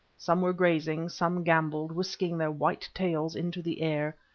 some were grazing, some gambolled, whisking their white tails into the air,